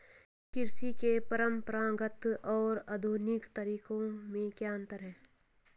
कृषि के परंपरागत और आधुनिक तरीकों में क्या अंतर है?